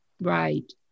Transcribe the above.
Right